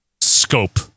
scope